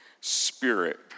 Spirit